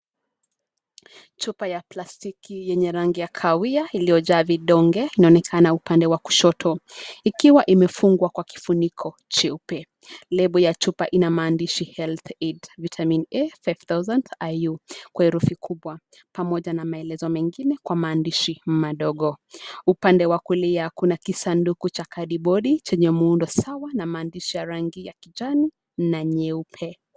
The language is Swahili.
Chupa ya plastiki yenye rangi ya kahawia liyojaa vidonge inaoneka upande wa kushoto ikiwa imefungwa kwa kifuniko cheupe. Lebo ya chupa ina maandishi Health Aid Viatmin A 5000iu kwa herufi kubwa pamoja na maelezo mengine kwa maandishi madogo. Upande wa kulia kuna kisanduku cha kadibodi chenye muundo sawa na maandishi na rangi ya kijani na nyeupe.